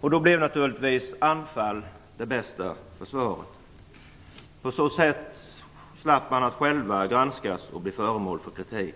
Då blev naturligtvis anfall bästa försvar. På så sätt undviker man att bli granskad själv och föremål för kritik.